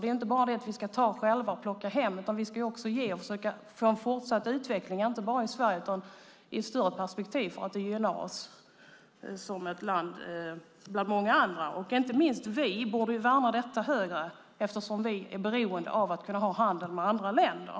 Det är inte bara det att vi själva ska ta och plocka hem, utan vi ska också ge och försöka få en fortsatt utveckling inte bara i Sverige utan också i ett vidare perspektiv eftersom det gynnar Sverige som ett land bland många andra. Inte minst vi i vårt land borde värna detta högre eftersom vi är beroende av handel med andra länder.